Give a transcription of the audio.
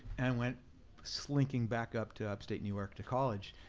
and went slinking back up to upstate new york to college.